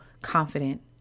confident